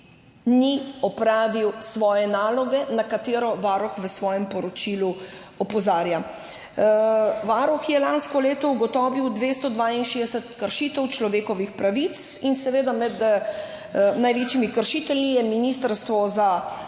ni opravil svoje naloge, na katero Varuh v svojem poročilu opozarja. Varuh je lansko leto ugotovil 262 kršitev človekovih pravic in seveda med največjimi kršitelji je Ministrstvo za